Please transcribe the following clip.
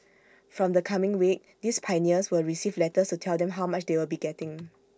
from the coming week these pioneers will receive letters to tell them how much they will be getting